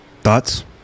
Thoughts